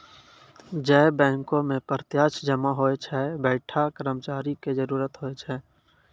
जै बैंको मे प्रत्यक्ष जमा होय छै वैंठा कर्मचारियो के जरुरत होय छै